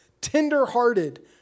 tenderhearted